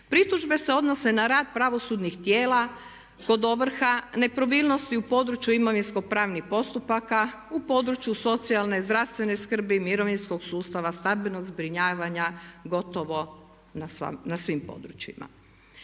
Pritužbe se odnose na rad pravosudnih tijela kod ovrha, nepravilnosti u području imovinsko-pravnih postupaka, u području socijalne, zdravstvene skrbi, mirovinskog sustava, stambenog zbrinjavanja gotovo na svim područjima.